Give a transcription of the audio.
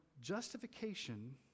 justification